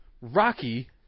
Rocky